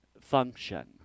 function